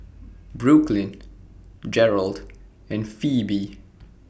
Brooklyn Gearld and Phebe